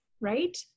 right